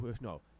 no